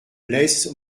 lès